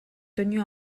tenus